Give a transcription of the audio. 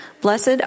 Blessed